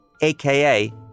aka